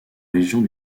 régions